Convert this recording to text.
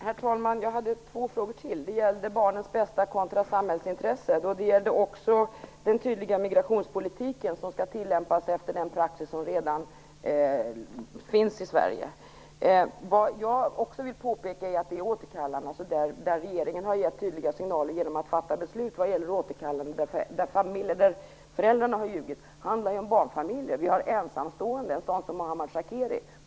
Herr talman! Jag hade två frågor till. Det gällde barnets bästa kontra samhällsintresset, och det gällde den tydliga migrationspolitiken, som skall tillämpas efter den praxis som redan finns i Sverige. Jag vill också påpeka att de fall där regeringen har gett tydliga signaler genom att fatta beslut om återkallande där föräldrarna har ljugit handlar om barnfamiljer. Vi har ju också ensamstående, t.ex. en sådan som Mohammad Shakeri.